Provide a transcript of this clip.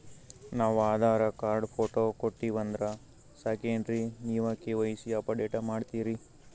ನಾವು Aadhaar card, photo ಕೊಟ್ಟೀವಂದ್ರ ಸಾಕೇನ್ರಿ ನೀವ ಕೆ.ವೈ.ಸಿ ಅಪಡೇಟ ಮಾಡ್ತೀರಿ?